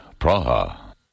Praha